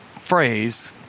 phrase